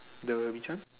the which one